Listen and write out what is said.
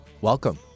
Welcome